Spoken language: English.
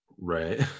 right